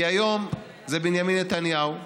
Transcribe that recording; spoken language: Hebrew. כי היום זה בנימין נתניהו,